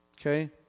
Okay